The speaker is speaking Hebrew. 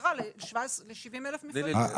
עשרה ל-70 אלף מפעלים.